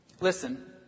Listen